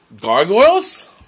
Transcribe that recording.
Gargoyles